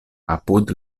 apud